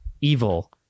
evil